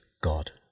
God